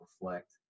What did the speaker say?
reflect